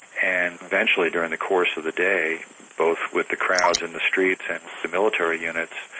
and eventually, during the course of the day, both with the crowds in the streets and the military units,